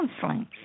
counseling